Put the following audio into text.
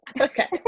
Okay